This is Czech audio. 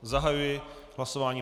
Zahajuji hlasování.